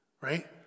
right